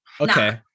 Okay